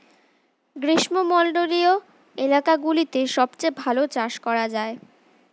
গ্রীষ্মমণ্ডলীয় এলাকাগুলোতে সবথেকে ভালো চাষ করা যায়